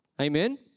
Amen